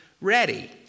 ready